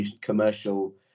commercial